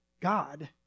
God